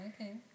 okay